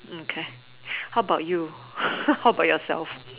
look how about you how about yourself